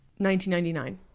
1999